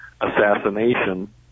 assassination